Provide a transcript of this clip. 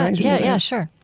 and yeah yeah, sure